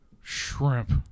Shrimp